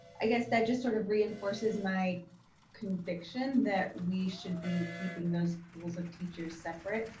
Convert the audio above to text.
i guess that just sort of reinforces my conviction that we should be keeping those pools of teachers separate